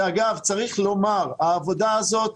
אגב, צריך לומר, העבודה הזאת,